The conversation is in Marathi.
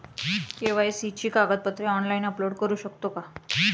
के.वाय.सी ची कागदपत्रे ऑनलाइन अपलोड करू शकतो का?